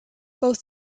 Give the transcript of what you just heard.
both